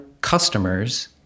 customers